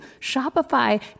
Shopify